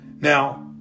Now